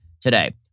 today